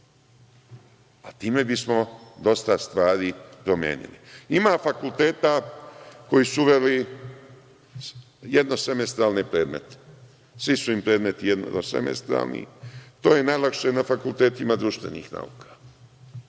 Time bismo dosta stvari promenili. Ima fakulteta koji su uveli jednosemestralne predmete. Svi su im predmeti jednosemestralni. To je najlakše na fakultetima društvenih nauka